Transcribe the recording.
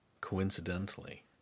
coincidentally